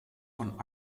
von